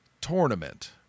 tournament